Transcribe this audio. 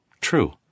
True